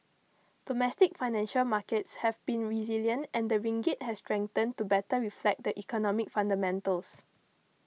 domestic financial markets have been resilient and the ringgit has strengthened to better reflect the economic fundamentals